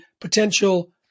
potential